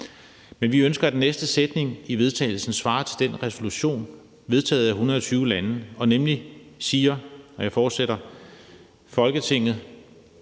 Men vi ønsker, at den næste sætning i forslaget til vedtagelse svarer til den resolution vedtaget af 120 lande, der nemlig siger: »Folketinget